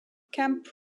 camp